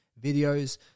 videos